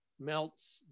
melts